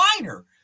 minor